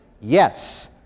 Yes